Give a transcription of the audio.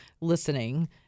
listening